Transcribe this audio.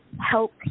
help